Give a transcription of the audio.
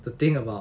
the thing about